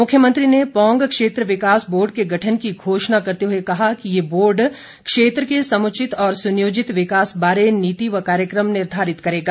मुख्यमंत्री ने पौंग क्षेत्र विकास बोर्ड के गठन की घोषणा करते हुए कहा कि ये बोर्ड क्षेत्र के समुचित और सुनियोजित विकास बारे नीति व कार्यक्रम निर्धारित करेगा